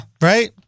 Right